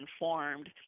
informed